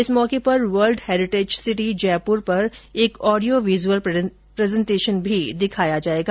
इस मौके पर वर्ल्ड हेरिटेज सिटी जयपुर पर एक ऑडियो विजुअल प्रेजेंटेशन भी दिखाया जाएगा